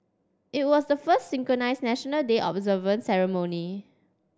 it was the first synchronised National Day observance ceremony